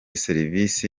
serivisi